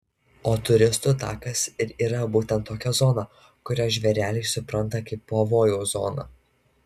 o turistų takas ir yra būtent tokia zona kurią žvėreliai supranta kaip pavojaus zoną